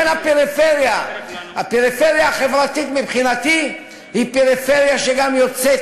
לכן הפריפריה החברתית מבחינתי היא פריפריה שגם מוצאת